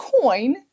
coin